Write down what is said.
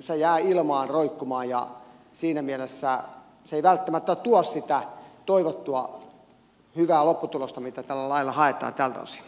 se jää ilmaan roikkumaan ja siinä mielessä se ei välttämättä tuo sitä toivottua hyvää lopputulosta jota tällä lailla haetaan tältä osin